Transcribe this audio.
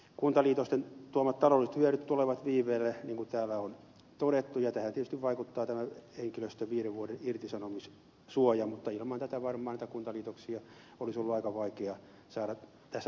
kuntaliitosten tuomat taloudelliset hyödyt tulevat viiveellä niin kuin täällä on todettu ja tähän tietysti vaikuttaa tämä henkilöstön viiden vuoden irtisanomissuoja mutta ilman tätä varmaan näitä kuntaliitoksia olisi ollut aika vaikea saada tässä mittakaavassa liikkeelle